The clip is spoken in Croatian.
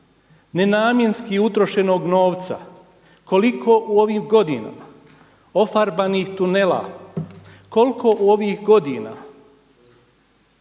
nenamjenski utrošenog novca, koliko u ovih godina ofarbanih tunela, koliko u ovih godina